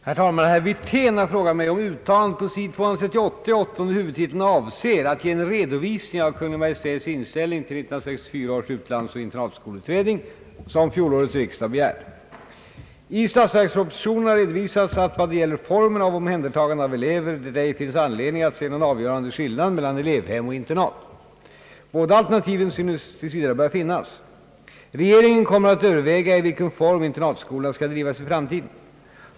Herr talman! Herr Wirtén har frågat mig, om uttalandet på sid. 238 i 8:e huvudtiteln avser att ge en redovisning av Kungl. Maj:ts inställning till 1964 års utlandsoch internatskolutredning som fjolårets riksdag begärt. I statsverkspropositionen har redovisats att vad det gäller formen av omhändertagande av elever det ej finns anledning att se någon avgörande skillnad mellan elevhem och internat. Båda alternativen synes tills vidare böra finnas. Regeringen kommer att överväga i vilken form internatskolorna skall drivas i framtiden.